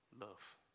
Love